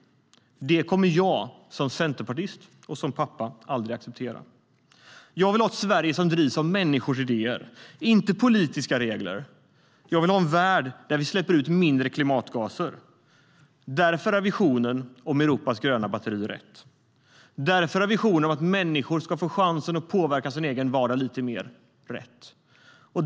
Det kommer jag som centerpartist och pappa aldrig att acceptera. Jag vill ha ett Sverige som drivs av människors idéer, inte politiska regler. Jag vill ha en värld där vi släpper ut mindre klimatgaser. Därför är visionen om Europas gröna batteri rätt. Därför är visionen om att människor ska få chansen att påverka sin egen vardag lite mer rätt.